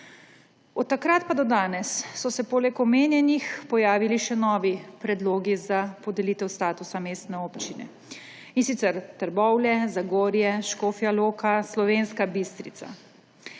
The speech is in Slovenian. Od takrat pa do danes so se poleg omenjenih pojavili še novi predlogi za podelitev statusa mestne občine, in sicer Trbovlje, Zagorje, Škofja Loka, Slovenska Bistrica.